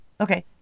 Okay